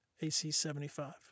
AC-75